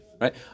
right